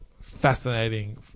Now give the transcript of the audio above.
Fascinating